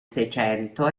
seicento